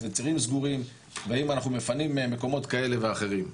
איזה צירים סגורים והאם אנחנו מפנים מקומות כאלה ואחרים.